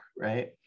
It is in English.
Right